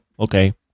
Okay